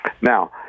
Now